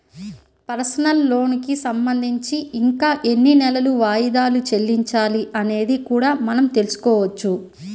personal లోనుకి సంబంధించి ఇంకా ఎన్ని నెలలు వాయిదాలు చెల్లించాలి అనేది కూడా మనం తెల్సుకోవచ్చు